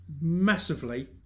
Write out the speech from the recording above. massively